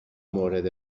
مورد